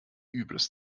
übles